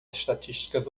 estatísticas